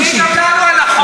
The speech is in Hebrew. תראי כמה סבלנות כלפייך יש לי.